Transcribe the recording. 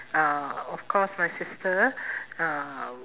uh of course my sister uh